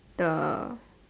the